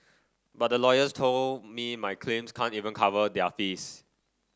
but the lawyers told me my claims can't even cover their fees